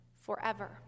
forever